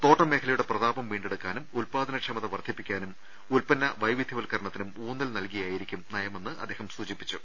തോട്ടം മേഖലയുടെ പ്രതാപം വീണ്ടെടു ക്കാനും ഉൽപ്പാദനക്ഷമത വർദ്ധിപ്പിക്കാനും ഉൽപ്പന്ന വൈവിധ്യ വൽക്കരണത്തിനും ഊന്നൽ നൽകിയായിരിക്കും നയമെന്ന് അദ്ദേഹം സൂചിപ്പിച്ചു